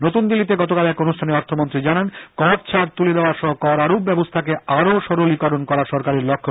নতুন দিল্লিতে গতকাল এক অনুষ্ঠানে অর্থমন্ত্রী জানান কর ছাড় তুলে দেওয়া সহ কর আরোপ ব্যবস্থাকে আরো সরলীকরণ করা সরকারের লক্ষ্য